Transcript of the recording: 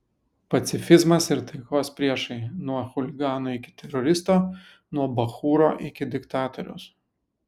pacifizmas ir taikos priešai nuo chuligano iki teroristo nuo bachūro iki diktatoriaus